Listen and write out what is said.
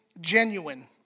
genuine